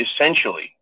essentially